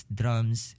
drums